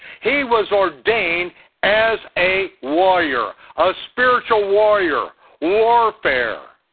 he was ordained as a warrior, a spiritual warrior, warfare.